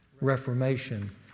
reformation